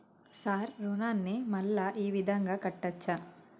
Sir రుణాన్ని మళ్ళా ఈ విధంగా కట్టచ్చా?